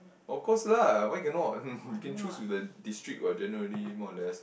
of course lah why cannot you can choose with the district what generally more or less